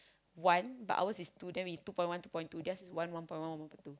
one but ours is to them is two point one two point two theirs is one one point one one point two